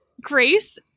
Grace